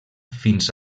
fins